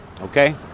okay